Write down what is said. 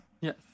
Yes